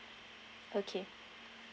okay